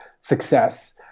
success